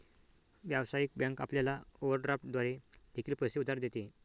व्यावसायिक बँक आपल्याला ओव्हरड्राफ्ट द्वारे देखील पैसे उधार देते